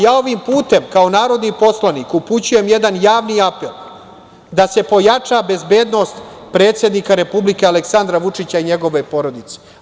Ja ovim putem, kao narodni poslanik, upućujem jedan javni apel da se pojača bezbednost predsednika Republike Aleksandra Vučića i njegove porodice.